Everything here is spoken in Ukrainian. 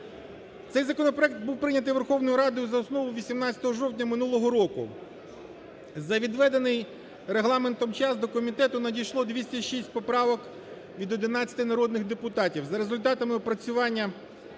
Цей законопроект був прийнятий Верховною Радою за основу 18 жовтня минулого року. За відведений регламентом час до комітету надійшло 206 поправок від 11 народних депутатів. За результатами опрацювання